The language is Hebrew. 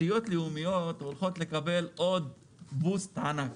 שהתשתיות הלאומיות הולכות לקבל עוד בוסט ענק,